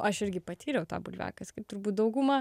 aš irgi patyriau tą bulviakasį kaip turbūt dauguma